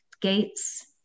gates